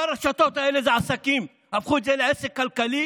אבל הרשתות האלה זה עסקים, הפכו את זה לעסק כלכלי